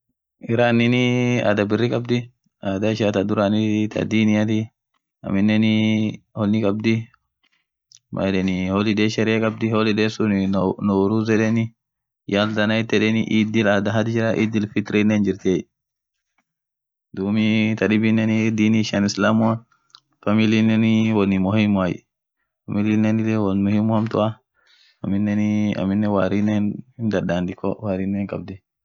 Iranin adhaa birri khabdhi adhaa ishia thaa dhurani tha diniathi aminen won khabdhii maaan yedheni holiday sharehe khabdhi holiday suun nuruzz yedheni yalzaa night yedheni iddi add had idul fitri hinjirthiiye dhub taaa dhibinen won Dini isheni islamu familinen won muhimua famili dhib won muhimu hamtua aminen warrinen hindanda dhiko